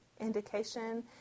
indication